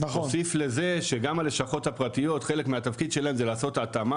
תוסיף לזה שגם הלשכות הפרטיות חלק מהתפקיד שלהם זה לעשות התאמה